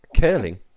Curling